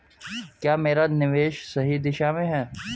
क्या मेरा निवेश सही दिशा में है?